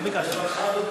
מה ביקשנו?